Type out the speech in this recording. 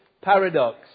paradox